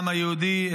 העם היהודי,